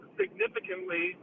significantly